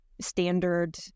standard